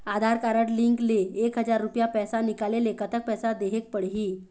आधार card link ले एक हजार रुपया पैसा निकाले ले कतक पैसा देहेक पड़ही?